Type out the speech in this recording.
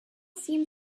seemed